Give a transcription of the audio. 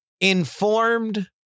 informed